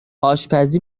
آشپزی